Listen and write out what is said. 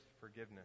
forgiveness